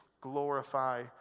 glorify